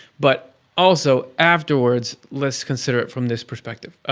but also afterwards, let's consider it from this perspective.